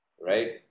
Right